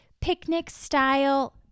picnic-style